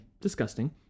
disgusting